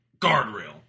guardrail